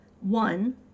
one